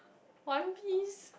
One-Piece